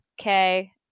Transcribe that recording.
okay